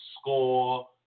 score